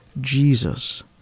Jesus